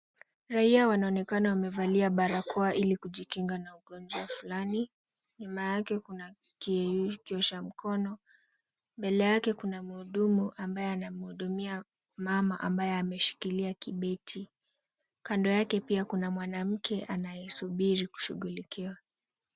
Raia wanaonekana wamevalia barakoa ili kujikinga na ugonjwa fulani, nyuma yake kuna kiyeyusho cha mkono, mbele yake kuna mhudumu ambaye anamhudumia mama ambaye ameshikilia kibeti. Kando yake pia kuna mwanamke anayesubiri kushughulikiwa.